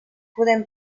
podem